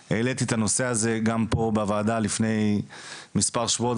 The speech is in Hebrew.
אני העליתי את הנושא הזה גם פה בוועדה לפני מספר שבועות,